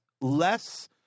less